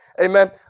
Amen